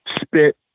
spit